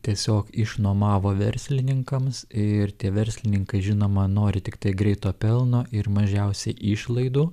tiesiog išnomavo verslininkams ir tie verslininkai žinoma nori tiktai greito pelno ir mažiausiai išlaidų